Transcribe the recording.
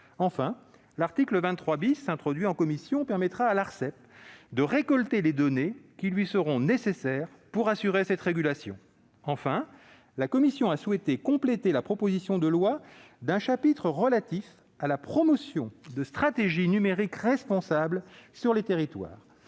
à l'article 23 , introduit en commission, il permettra à l'Arcep de récolter les données qui lui seront nécessaires pour assurer cette régulation. La commission a en outre souhaité compléter la proposition de loi par un chapitre relatif à la promotion de stratégies numériques responsables sur les territoires.